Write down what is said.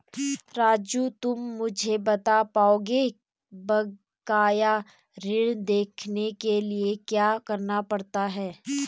राजू तुम मुझे बता पाओगे बकाया ऋण देखने के लिए क्या करना पड़ता है?